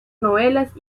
novelas